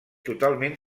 totalment